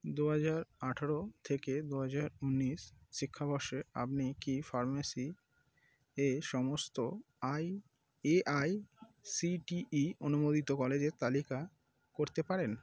দুই হাজার আঠারো থেকে দুই হাজার উনিশ শিক্ষাবর্ষে আপনি কি ফার্মেসি এ সমস্ত এআইসিটিই অনুমোদিত কলেজের তালিকা করতে পারেন